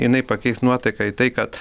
jinai pakeis nuotaiką į tai kad